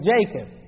Jacob